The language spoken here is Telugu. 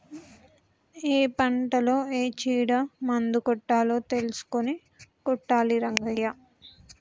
ఏ పంటలో ఏ చీడ మందు కొట్టాలో తెలుసుకొని కొట్టాలి రంగయ్య